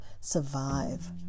survive